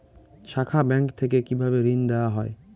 শাখা ব্যাংক থেকে কি ঋণ দেওয়া হয়?